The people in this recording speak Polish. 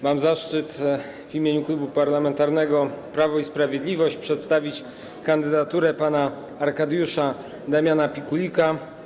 Mam zaszczyt w imieniu Klubu Parlamentarnego Prawo i Sprawiedliwość przedstawić kandydaturę pana Arkadiusza Damiana Pikulika.